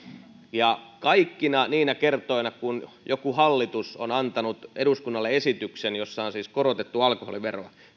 kaikkina niinä kertoina kun joku hallitus on antanut eduskunnalle esityksen jossa on siis korotettu alkoholiveroa